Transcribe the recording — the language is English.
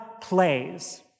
plays